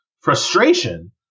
frustration